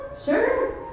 sure